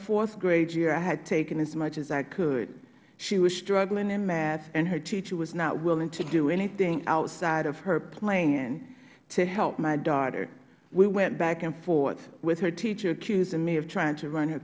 fourth grade year i had taken as much as i could she was struggling in math and her teacher was not willing to do anything outside of her plan to help my daughter we went back and forth with her teacher accusing me of trying to run